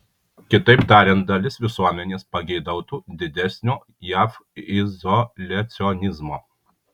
kitaip tariant dalis visuomenės pageidautų didesnio jav izoliacionizmo